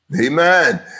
amen